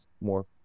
more